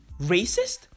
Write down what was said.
racist